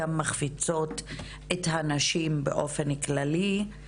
אבל גם מחפיצות את הנשים באופן כללי,